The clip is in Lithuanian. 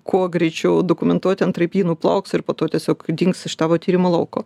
kuo greičiau dokumentuoti antraip ji nuplauks ir po to tiesiog dings iš tavo tyrimų lauko